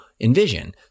envision